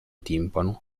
timpano